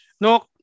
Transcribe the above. No